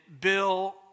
Bill